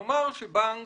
בוא נאמר שבנק